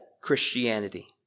Christianity